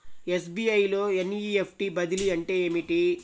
SBI లో NEFT బదిలీ అంటే ఏమిటి?